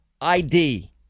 ID